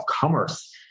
Commerce